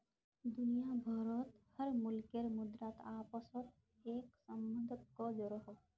दुनिया भारोत हर मुल्केर मुद्रा अपासोत एक सम्बन्ध को जोड़ोह